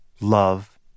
love